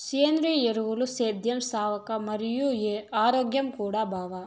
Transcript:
సేంద్రియ ఎరువులు సేద్యం సవక మరియు ఆరోగ్యం కూడా బావ